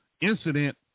incident